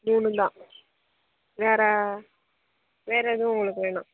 மூணுந்தான் வேறு வேறு எதுவும் உங்களுக்கு வேணாமா